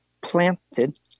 planted